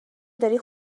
داری